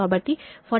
కాబట్టి 4853